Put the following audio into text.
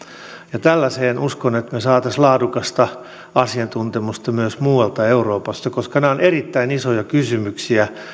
ja tällaiseen uskon että me saisimme laadukasta asiantuntemusta myös muualta euroopasta koska nämä ovat erittäin isoja kysymyksiä